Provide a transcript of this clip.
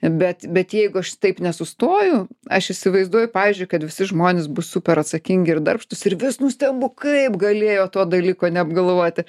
bet bet jeigu aš taip nesustoju aš įsivaizduoju pavyzdžiui kad visi žmonės bus super atsakingi ir darbštūs ir vis nustembu kaip galėjo to dalyko neapgalvoti